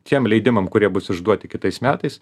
tiem leidimam kurie bus išduoti kitais metais